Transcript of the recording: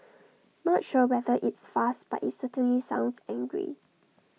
not sure whether it's fast but IT certainly sounds angry